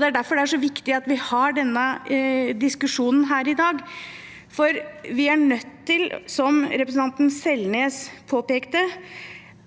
det er derfor det er så viktig at vi har denne diskusjonen her i dag. Vi er nødt til, som representanten Selnes påpekte,